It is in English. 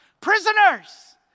Prisoners